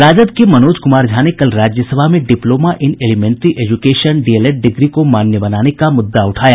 राजद के मनोज कुमार झा ने कल राज्य सभा में diploma in elementary education D El Ed degree को मान्य बनाने का मुद्दा उठाया